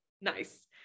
Nice